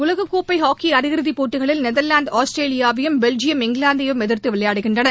உலகக் கோப்பை வறாக்கி அரையிறுதிப் போட்டிகளில் நெதர்லாந்து ஆஸ்திரேலியாவையும் பெல்ஜியம் இங்கிலாந்தையும் எதிர்த்து விளையாடுகின்றன